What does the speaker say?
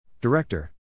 Director